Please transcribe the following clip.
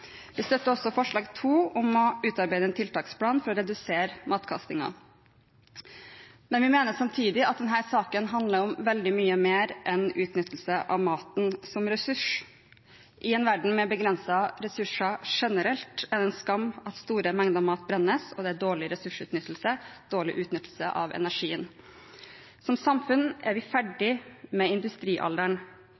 Vi støtter også forslag nr. 2 om å utarbeide en tiltaksplan for å redusere matkastingen, men vi mener samtidig at denne saken handler om veldig mye mer enn utnyttelse av maten som ressurs. I en verden med begrensede ressurser generelt er det en skam at store mengder mat brennes – det er dårlig ressursutnyttelse og dårlig utnyttelse av energien. Som samfunn er vi ferdig med industrialderen